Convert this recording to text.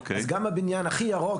גם הבניין הכי ירוק,